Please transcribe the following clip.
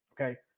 okay